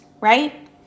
Right